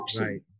right